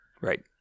Right